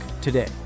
today